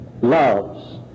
loves